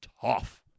tough